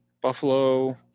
Buffalo